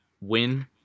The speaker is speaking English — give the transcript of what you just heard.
win